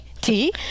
tea